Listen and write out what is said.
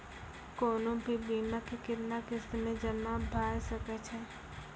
कोनो भी बीमा के कितना किस्त मे जमा भाय सके छै?